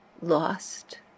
lost